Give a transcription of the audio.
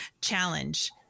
challenge